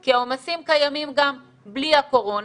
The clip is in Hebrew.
כי העומסים קיימים גם בלי הקורונה,